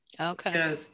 Okay